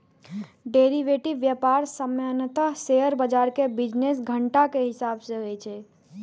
derivative व्यापार सामान्यतः share बाजार के बिजनेस घंटाक हिसाब सं होइ छै